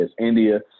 India